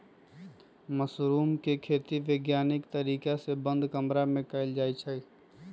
mushroom के खेती वैज्ञानिक तरीका से बंद कमरा में कएल जाई छई